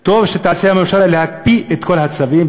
טוב תעשה הממשלה אם תקפיא את כל הצווים,